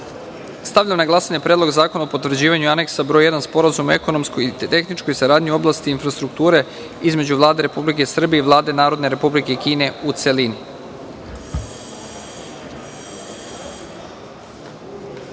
KINEStavljam na glasanje Predlog zakona o potvrđivanju Aneksa broj 1 Sporazuma o ekonomskoj i tehničkoj saradnji u oblasti infrastrukture između Vlade Republike Srbije i Vlade Narodne Republike Kine, u celini. Molim